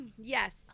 Yes